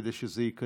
כדי שזה ייכנס